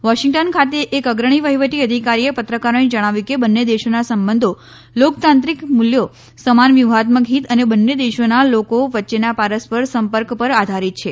Washington ખાતે એક અગ્રણી વહીવટી અધિકારીએ પત્રકારોને જણાવ્યું કે બંને દેશોના સંબંધો લોકતાત્રિક મુલ્યો સમાન વ્યુહાત્મક હિત અને બંને દેશના લોકો વચ્ચેના પરસ્પર સંપર્ક પર આધારીત છે